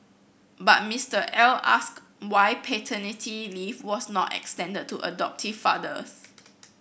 but Mister L asked why paternity leave was not extended to adoptive fathers